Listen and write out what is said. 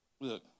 Look